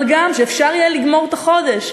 אבל גם שאפשר יהיה לגמור את החודש,